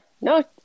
No